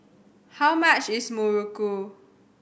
how much is Muruku